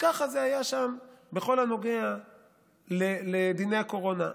ככה זה היה בכל הנוגע לדיני הקורונה,